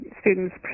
students